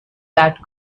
that